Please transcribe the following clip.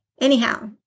Anyhow